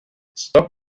stop